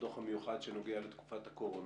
הדוח המיוחד שנוגע לתקופה הקורונה.